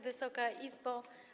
Wysoka Izbo!